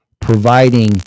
providing